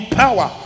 power